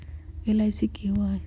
LIC की होअ हई?